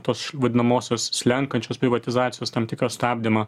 tos vadinamosios slenkančios privatizacijos tam tikrą stabdymą